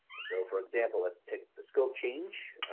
so for example let's pick the scope change,